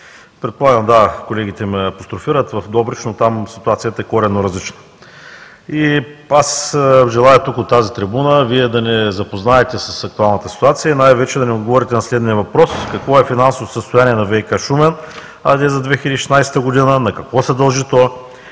(Реплика.) Колегите ме апострофират за Добрич, но там ситуацията е коренно различна. Аз желая тук, от тази трибуна, Вие да ни запознаете с актуалната ситуация и най-вече да ни отговорите на следния въпрос: какво е финансовото състояние на ВиК – Шумен за 2016 г.? На какво се дължи това?